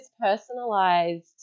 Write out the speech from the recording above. personalized